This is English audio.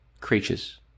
creatures